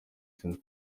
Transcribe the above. saint